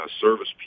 service